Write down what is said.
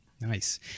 Nice